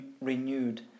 renewed